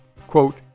quote